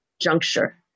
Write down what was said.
juncture